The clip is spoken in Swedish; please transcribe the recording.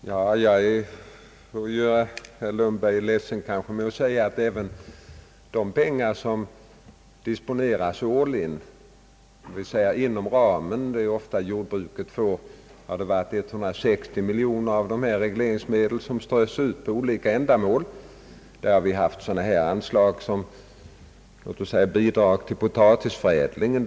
Herr talman! Jag får kanske göra herr Lundberg ledsen genom att säga att av de pengar som disponeras årligen för detta syfte och som jordbruket ofta får har 160 miljoner kronor strötts ut till olika ändamål. Vi har haft anslag som låt säga bidrag till potatisförädlingen.